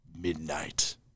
Midnight